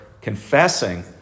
confessing